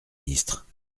ministre